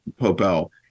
Popel